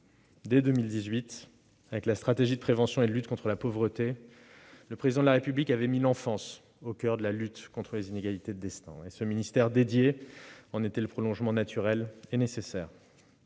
dès 2018, avec la stratégie nationale de prévention et de lutte contre la pauvreté, le Président de la République avait mis l'enfance au coeur de la lutte contre les inégalités de destin. Ce secrétariat d'État en était le prolongement naturel et nécessaire.